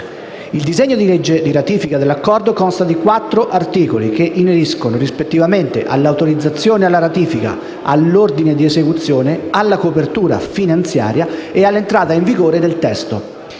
Il disegno di legge di ratifica dell'Accordo consta di quattro articoli che ineriscono, rispettivamente, all'autorizzazione alla ratifica, all'ordine di esecuzione, alla copertura finanziaria e all'entrata in vigore del testo.